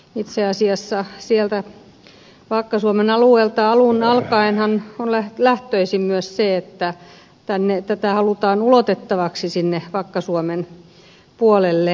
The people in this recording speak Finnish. itse asiassa sieltä vakka suomen alueelta alun alkaenhan on lähtöisin myös se että tätä halutaan ulotettavaksi sinne vakka suomen puolelle